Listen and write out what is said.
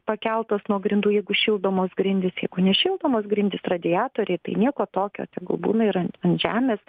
pakeltos nuo grindų jeigu šildomos grindys jeigu nešildomos grindys radiatoriai tai nieko tokio tegul būna ir an ant žemės